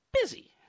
busy